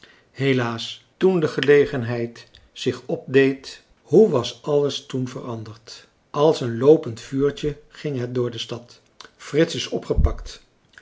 helaas toen de gelegenheid zich opdeed hoe was alles toen veranderd als een loopend vuurtje ging het door de stad frits is opgepakt